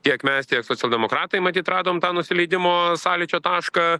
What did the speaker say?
tiek mes tiek socialdemokratai matyt radom tą nusileidimo sąlyčio tašką